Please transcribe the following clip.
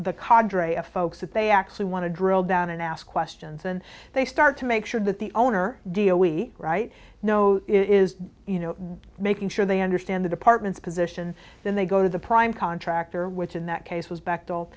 qadri of folks that they actually want to drill down and ask questions and they start to make sure that the owner deal we right know is you know making sure they understand the department's position then they go to the prime contractor which in that case was backed